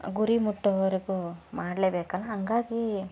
ಗುರಿ ಮುಟ್ಟೋವರೆಗೂ ಮಾಡಲೇ ಬೇಕಲ್ಲ ಹಂಗಾಗಿ